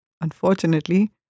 unfortunately